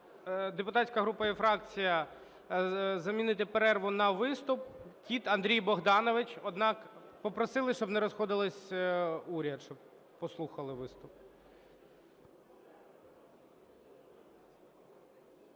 депутатська група і фракція, замінити перерву на виступ. Кіт Андрій Богданович. Однак попросили, щоб не розходився уряд, щоб послухали виступ.